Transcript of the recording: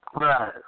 Right